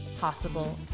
possible